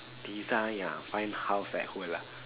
design ah find house like who lah